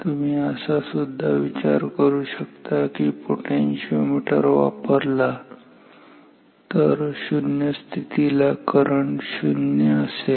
तुम्ही असा सुद्धा विचार करू शकता की एक पोटेन्शिओमीटर वापरला तर शून्य स्थितीला करंट शून्य असेल